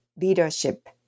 leadership